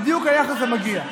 בדיוק היחס המגיע.